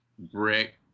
Brick